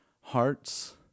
hearts